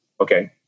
Okay